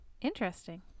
interesting